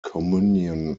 communion